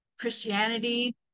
Christianity